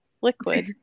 liquid